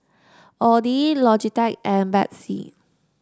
Audi Logitech and Betsy